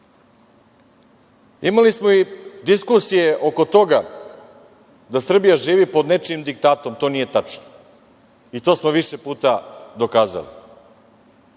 krizu. Imali smo i diskusije oko toga da Srbija živi pod nečijim diktatom. To nije tačno i to smo više puta dokazali.